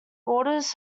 orders